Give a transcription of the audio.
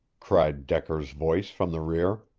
cried decker's voice from the rear.